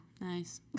Nice